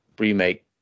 remake